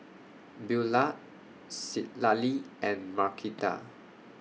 Beaulah Citlali and Markita